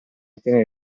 ottenere